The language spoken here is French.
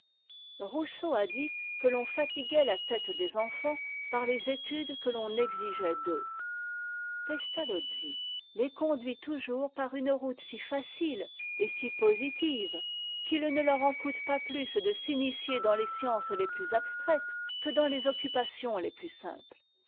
rousseau a dit que l'on fatiguait la tête des enfants par les études que l'on exigeait d'eux pestalozzi les conduit toujours par une rout si facile et si positive qu'il ne leur en coûte pas plus de s'initier dans les sciences les plus abstraites que dans les occupations les plus simples